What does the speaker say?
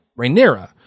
Rhaenyra